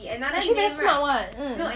actually very smart [what] mm